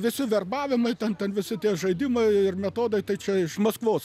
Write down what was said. visi verbavimai ten ten visi tie žaidimai ir metodai tai čia iš maskvos